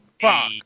fuck